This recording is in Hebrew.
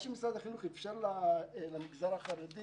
משרד החינוך מאפשר למגזר החרדי